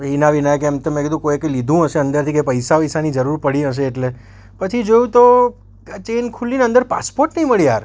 હિના વિના કે એમ તેમ મેં કીધું કોઇકે કંઈ લીધું હશે અંદરથી કે પૈસા વૈસાની જરૂર પડી હશે એટલે પછી જોયું તો ચેન ખુલ્લી ને અંદર પાસપોર્ટ ન મળે યાર